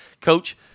Coach